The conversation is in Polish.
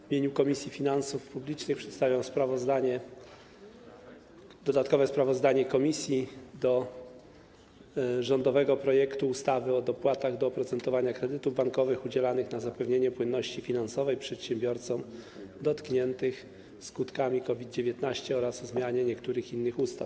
W imieniu Komisji Finansów Publicznych przedstawiam dodatkowe sprawozdanie komisji odnośnie do rządowego projektu ustawy o dopłatach do oprocentowania kredytów bankowych udzielanych na zapewnienie płynności finansowej przedsiębiorcom dotkniętym skutkami COVID-19 oraz o zmianie niektórych innych ustaw.